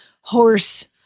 horse